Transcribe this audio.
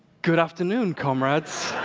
good afternoon, comrades!